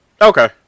Okay